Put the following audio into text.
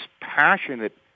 passionate